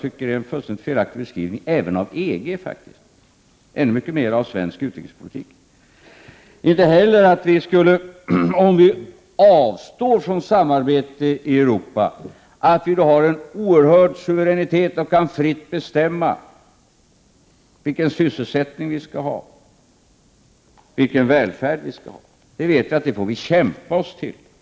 Det är en fullständigt felaktig beskrivning både av EG och ännu mycket mer av svensk utrikespolitik. Inte heller skulle vi, om vi avstår från samarbetet, ha en oerhörd suveränitet och kunna fritt bestämma vilken sysselsättning vi skall ha, vilken välfärd vi skall ha osv. Vi vet att vi får kämpa oss till välfärd och annat.